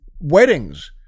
Weddings